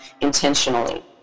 intentionally